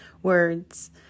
words